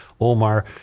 Omar